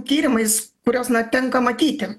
tyrimais kuriuos na tenka matyti